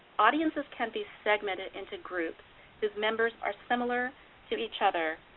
audiences can be segmented into groups whose members are similar to each other,